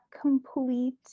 complete